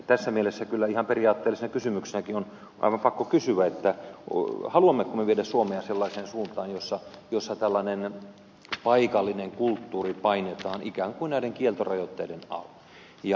tässä mielessä kyllä ihan periaattellisena kysymyksenäkin on aivan pakko kysyä haluammeko me viedä suomea sellaiseen suuntaan jossa tällainen paikallinen kulttuuri painetaan ikään kuin näiden kieltojen ja rajoitteiden alle